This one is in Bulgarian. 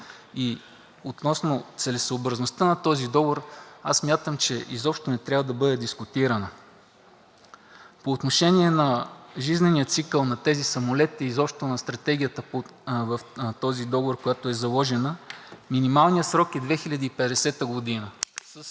Относно целесъобразността на този договор. Смятам, че изобщо не трябва да бъде дискутирана. По отношение на жизнения цикъл на тези самолети и изобщо на стратегията в този договор, която е заложена, минималният срок е 2050 г.